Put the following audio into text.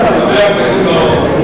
חבר הכנסת בר-און,